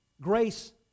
Grace